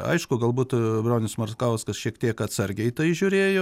aišku galbūt bronius marskauskas šiek tiek atsargiai į tai žiūrėjo